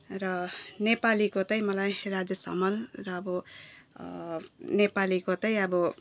र नेपालीको चाहिँ मलाई राजेश हमाल र अब नेपालीको चाहिँ अब